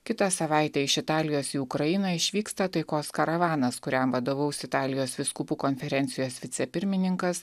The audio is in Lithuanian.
kitą savaitę iš italijos į ukrainą išvyksta taikos karavanas kuriam vadovaus italijos vyskupų konferencijos vicepirmininkas